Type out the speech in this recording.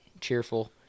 cheerful